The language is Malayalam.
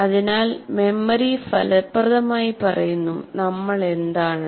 അതിനാൽ മെമ്മറി ഫലപ്രദമായി പറയുന്നു നമ്മൾ എന്താണെന്ന്